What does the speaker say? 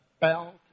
belt